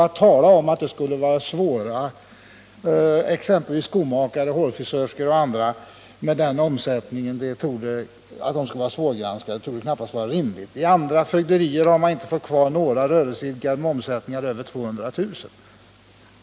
Att tala om att exempelvis skomakare, hårfrisörskor m.fl. med en omsättning av den storleken skulle vara svårgranskade torde knappast vara rimligt. I andra fögderier har man inte fått kvar några rörelseidkare med omsättning över 200000 kr.